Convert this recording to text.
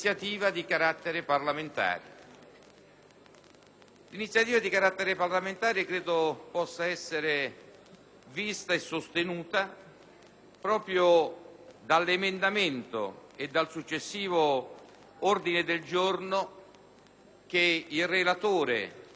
iniziativa di carattere parlamentare che credo possa essere inquadrata e sostenuta proprio dall'emendamento e dal successivo ordine del giorno che il relatore, senatore Ramponi, ha